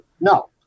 No